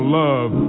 love